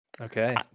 okay